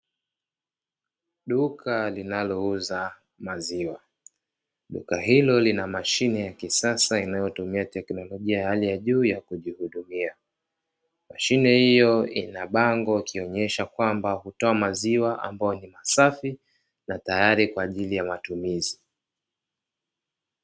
Duka linalouza maziwa, duka hilo lina mashine ya kisasa inayotumia teknolojia ya hali ya juu ya kujihudumia, mashine hiyo ina bango likionyesha kwamba kutoa maziwa ambayo ni masafi na tayari kwa ajili ya matumizi.